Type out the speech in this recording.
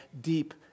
deep